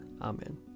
Amen